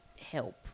help